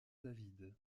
david